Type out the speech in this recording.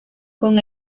con